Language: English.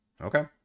Okay